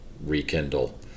rekindle